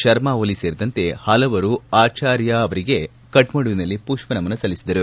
ಶರ್ಮಾ ಓಲಿ ಸೇರಿದಂತೆ ಹಲವರು ಆಚಾರ್ಯ ಅವರಿಗೆ ಕಠ್ಮಂಡುವಿನಲ್ಲಿ ಪುಷ್ಪನಮನ ಸಲ್ಲಿಸಿದರು